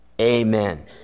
Amen